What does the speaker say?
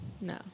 No